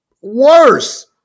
Worse